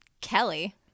kelly